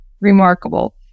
Remarkable